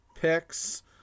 picks